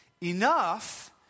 enough